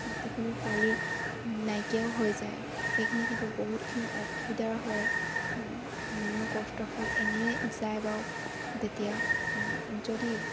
গোটেইখিনি পোৱালি নাইকিয়াও হৈ যায় সেইখিনি সিহঁতে বহুতখিনি অসুবিধাৰ হয় মানুহৰ কষ্টৰ ফল এনেই যায় বাও তেতিয়া যদি